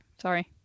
Sorry